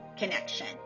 connection